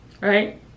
right